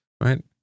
right